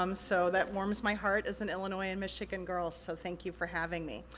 um so that warms my heart as an illinois and michigan girl. so, thank you for having me.